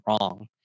wrong